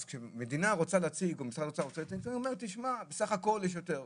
אז כשמדינה רוצה היא אומרת שבסך הכול יש יותר,